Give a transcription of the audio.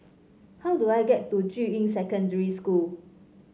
how do I get to Juying Secondary School